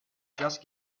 just